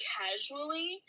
casually